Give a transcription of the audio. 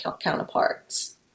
counterparts